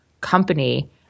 company